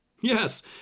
Yes